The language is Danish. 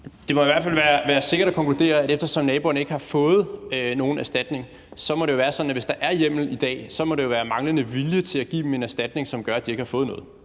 Det må i hvert fald være sikkert at konkludere, at eftersom naboerne ikke har fået nogen erstatning, må det være sådan, at hvis der i dag er hjemmel, må det være manglende vilje til at give dem en erstatning, der gør, at de ikke har fået nogen.